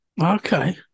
Okay